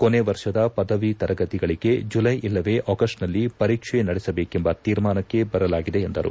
ಕೊನೆವರ್ಷದ ಪದವಿ ತರಗತಿಗಳಿಗೆ ಜುಲೈ ಇಲ್ಲವೇ ಆಗಸ್ಟ್ನಲ್ಲಿ ಪರೀಕ್ಷೆ ನಡೆಸಬೇಕೆಂಬ ತೀರ್ಮಾಸಕ್ಕೆ ಬರಲಾಗಿದೆ ಎಂದರು